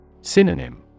Synonym